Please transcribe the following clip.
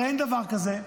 הרי אין דבר כזה.